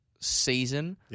season